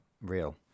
real